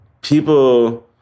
people